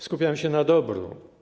Skupiam się na dobru.